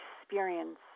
experience